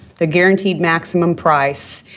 the guaranteed maximum price,